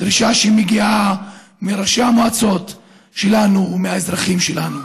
דרישה שמגיעה מראשי המועצות שלנו ומהאזרחים שלכם.